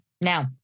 Now